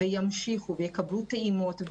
וימשיכו ויקבלו טעימות,